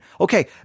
Okay